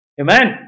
Amen